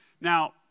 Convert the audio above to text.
Now